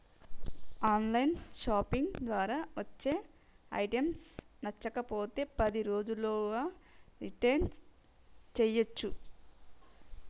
on line shopping ద్వారా వచ్చే items నచ్చకపోతే పది రోజుల్లోగా రిటర్న్ చేయ్యచ్చు